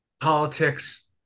politics